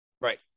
right